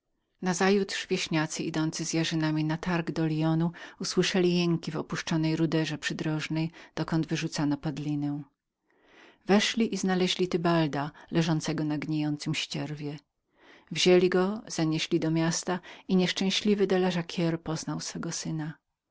nazajutrz wieśniacy idący na targ do lyonu usłyszeli w opuszczonej rozwalinie która służyła za kostnicę jęki i narzekania weszli i znaleźli tybalda leżącego i trzymającego w objęciach kościotrupa wzięli go zanieśli do miasta i nieszczęśliwy de la jacquire poznał swego syna